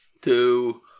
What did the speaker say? two